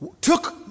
took